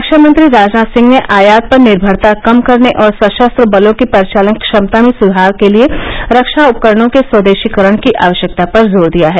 रक्षा मंत्री राजनाथ सिंह ने आयात पर निर्मरता कम करने और सशस्त्र बलों की परिचालन क्षमता में सुधार के लिए रक्षा उपकरणों के स्वदेशीकरण की आवश्यकता पर जोर दिया है